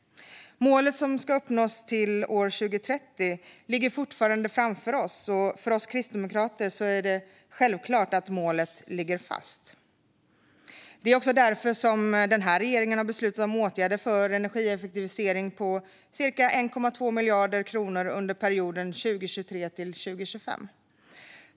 Målet som ska uppnås till år 2030 ligger fortfarande framför oss, och för oss kristdemokrater är det självklart att målet ligger fast. Det är därför regeringen har beslutat om åtgärder för energieffektivisering på cirka 1,2 miljarder kronor under perioden 2023-2025.